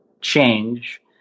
change